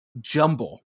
jumble